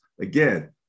again